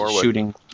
shooting